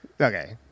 Okay